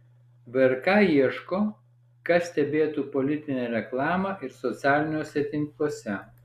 vrk ieško kas stebėtų politinę reklamą ir socialiniuose tinkluose